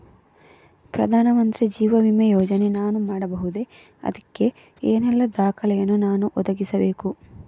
ಪ್ರಧಾನ ಮಂತ್ರಿ ಜೀವ ವಿಮೆ ಯೋಜನೆ ನಾನು ಮಾಡಬಹುದೇ, ಅದಕ್ಕೆ ಏನೆಲ್ಲ ದಾಖಲೆ ಯನ್ನು ನಾನು ಒದಗಿಸಬೇಕು?